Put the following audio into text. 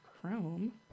chrome